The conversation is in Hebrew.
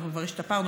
אנחנו כבר השתפרנו,